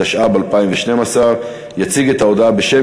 התשע"ב 2012. יציג את ההודעה בשם